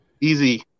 Easy